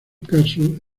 caso